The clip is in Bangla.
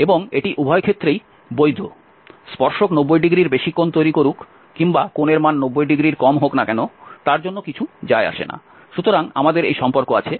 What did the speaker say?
এবং এটি উভয় ক্ষেত্রেই বৈধ স্পর্শক 90 ডিগ্রির বেশি কোণ তৈরি করুক কিংবা কোণের মান 90 ডিগ্রির কম হোক না কেন তার জন্য কিছু যায় আসে না সুতরাং আমাদের এই সম্পর্ক আছে এই সম্পর্কটি কি